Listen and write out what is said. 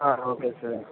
okay sir